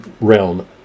realm